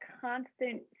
constant